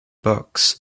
books